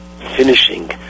finishing